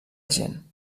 gent